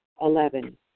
Eleven